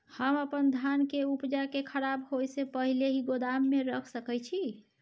हम अपन धान के उपजा के खराब होय से पहिले ही गोदाम में रख सके छी?